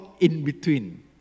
In-Between